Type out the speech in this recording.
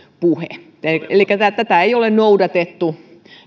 puhe elikkä ei ole noudatettu